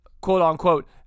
quote-unquote